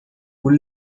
full